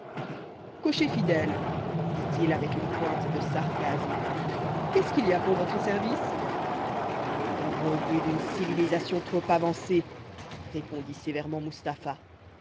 cocher fidèle dit-il avec une pointe de sarcasme qu'est-ce qu'il y a pour votre service rebuts d'une civilisation trop avancée répondit sévèrement mustapha